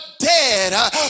dead